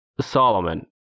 Solomon